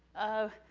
um,